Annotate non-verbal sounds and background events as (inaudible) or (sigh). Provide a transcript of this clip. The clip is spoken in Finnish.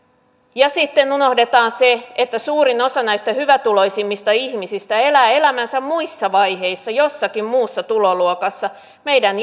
sitten unohdetaan se että suurin osa näistä hyvätuloisimmista ihmisistä elää elämänsä muissa vaiheissa jossakin muussa tuloluokassa meidän (unintelligible)